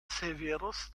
severus